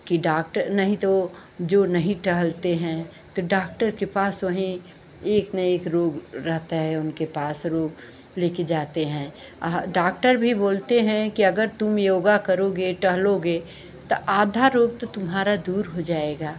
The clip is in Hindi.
कि डॉक्टर नहीं तो जो नहीं टहलते हैं तो डॉक्टर के पास वहीं एक न एक रोग रहता है उनके पास रोग लेकर जाते हैं डॉक्टर भी बोलते हैं कि अगर तुम योगा करोगे टहलोगे तो आधा रोग तो तुम्हारा दूर हो जाएगा